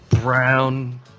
brown